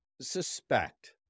suspect